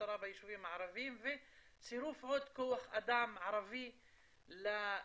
משטרה ביישובים הערביים וצירוף עוד כוח אדם ערבי למשטרה.